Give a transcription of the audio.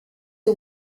who